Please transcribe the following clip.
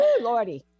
lordy